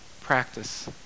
practice